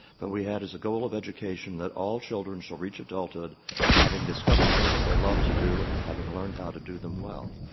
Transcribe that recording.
but we had as a goal of education that all children shall reach adulthood having discovered things they love to do and having learned how to do them well.